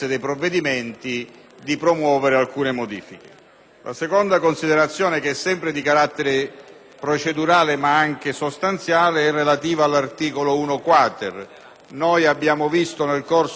procedurale, ma anche sostanziale, è relativa all'articolo 1-*quater*. Nel corso del dibattito alla Camera, per iniziativa di più parti politiche, non certo della nostra,